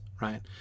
right